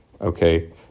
okay